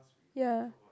ya